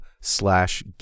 slash